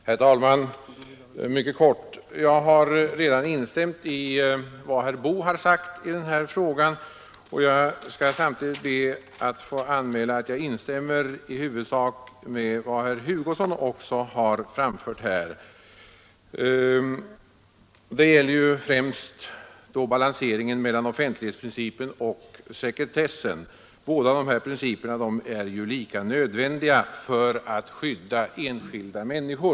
Herr talman! Jag har redan instämt i vad herr Boo har sagt i denna fråga, och jag vill anmäla att jag också i huvudsak instämmer i vad herr Hugosson framfört här, och som främst gäller balanseringen mellan offentlighetsprincipen och sekretessen. Båda dessa principer är ju lika nödvändiga för att skydda enskilda människor.